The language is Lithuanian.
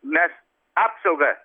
mes apsaugą